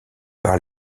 par